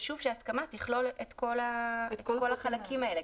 וחשוב שההסכמה תכלול את כל החלקים האלה,